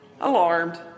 Alarmed